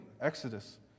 Exodus